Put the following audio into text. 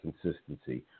consistency